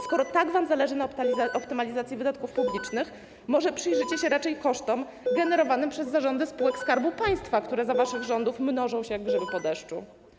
Skoro tak wam zależy na optymalizacji wydatków publicznych, może przyjrzycie się raczej kosztom generowanym przez zarządy spółek Skarbu Państwa, które za waszych rządów mnożą się jak grzyby po deszczu?